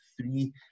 three